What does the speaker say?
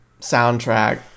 soundtrack